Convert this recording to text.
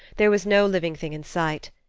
there was no living thing in sight.